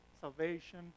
salvation